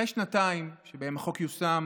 אחרי שנתיים שבהן החוק יושם